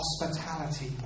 hospitality